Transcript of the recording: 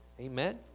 Amen